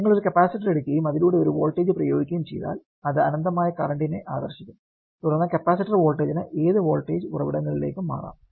നിങ്ങൾ ഒരു കപ്പാസിറ്റർ എടുക്കുകയും അതിലൂടെ ഒരു വോൾട്ടേജ് പ്രയോഗിക്കുകയും ചെയ്താൽ അത് അനന്തമായ കറന്റ് നെ ആകർഷിക്കും തുടർന്ന് കപ്പാസിറ്റർ വോൾട്ടേജിനു ഏത് വോൾട്ടേജ് ഉറവിടങ്ങളിലേക്കും മാറാം